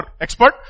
expert